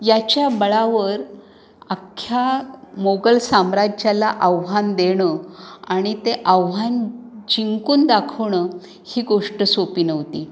याच्या बळावर अख्ख्या मोगल साम्राज्याला आव्हान देणं आणि ते आव्हान जिंकून दाखवणं ही गोष्ट सोपी नव्हती